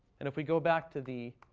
and if we go back to the